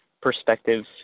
perspective